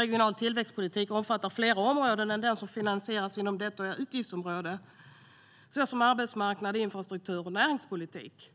Regional tillväxtpolitik omfattar fler områden än de som finansieras inom detta utgiftsområde såsom arbetsmarknad, infrastruktur och näringspolitik.